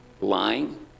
lying